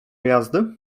jazdy